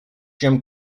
jim